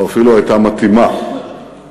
או אפילו הייתה מתאימה למדינתנו.